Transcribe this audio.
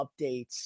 updates